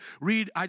read